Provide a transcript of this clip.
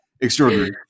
extraordinary